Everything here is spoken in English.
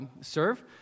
serve